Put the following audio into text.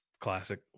Classic